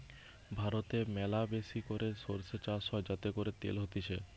ভারতে ম্যালাবেশি করে সরষে চাষ হয় যাতে করে তেল হতিছে